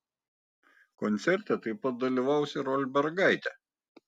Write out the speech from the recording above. koncerte taip pat dalyvaus ir olbergaitė